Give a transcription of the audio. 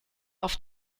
auf